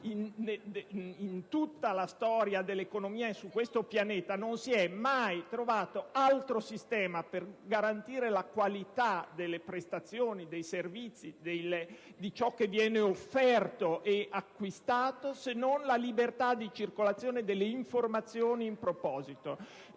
in tutta la storia dell'economia su questo pianeta non si sia mai trovato altro sistema per garantire la qualità delle prestazioni, dei servizi, di ciò viene offerto e acquistato, se non la libertà di circolazione delle informazioni in proposito.